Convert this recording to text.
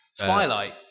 Twilight